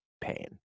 pain